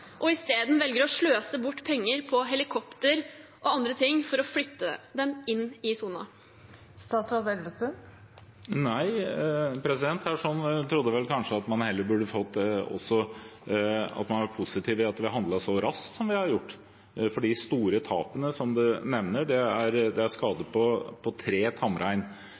isteden velger å sløse bort penger på helikopter og andre ting for å flytte den inn i ulvesonen? Nei, jeg trodde vel kanskje at man heller var positiv til at vi handlet så raskt som vi har gjort. De store tapene som representanten nevner, er skade på tre tamrein. Grunnen til at vi stoppet denne tillatelsen, er at dette er